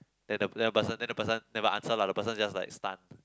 then the then the person then the person that will answer lah the person just like stun